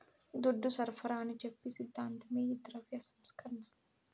దుడ్డు సరఫరాని చెప్పి సిద్ధాంతమే ఈ ద్రవ్య సంస్కరణ